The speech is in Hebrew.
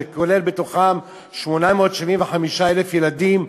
ובתוכם 875,000 ילדים,